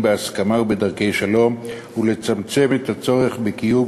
בהסכמה ובדרכי שלום ולצמצם את הצורך בקיום